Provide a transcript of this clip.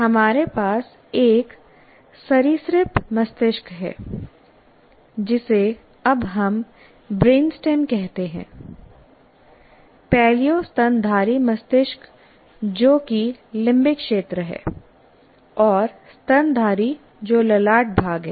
हमारे पास एक सरीसृप मस्तिष्क है जिसे अब हम ब्रेन स्टेम कहते हैं पैलियो स्तनधारी मस्तिष्क जो कि लिम्बिक क्षेत्र है और स्तनधारी जो ललाट भाग है